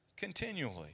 continually